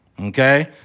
Okay